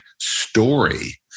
story